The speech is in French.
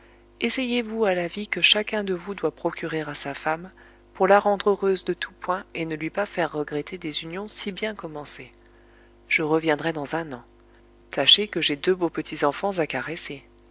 essayez vous à la vie que chacun de vous doit procurer à sa femme pour la rendre heureuse de tous points et ne lui pas faire regretter des unions si bien commencées je reviendrai dans un an tâchez que j'aie deux beaux petits enfants à caresser